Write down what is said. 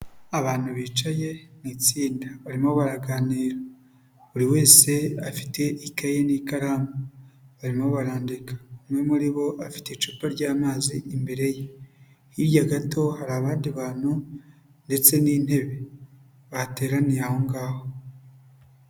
Abantu bicaye mu itsinda, barimo baraganira, buri wese afite ikaye n'ikaramu, barimo barandika, umwe muri bo afite icupa ry'amazi imbere ye, hirya gato hari abandi bantu ndetse n'intebe, bateraniye aho ngaho.